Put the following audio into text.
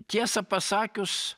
tiesą pasakius